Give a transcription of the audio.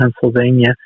Pennsylvania